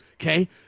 okay